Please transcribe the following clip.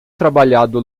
trabalhado